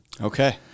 Okay